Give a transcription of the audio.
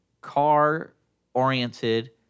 car-oriented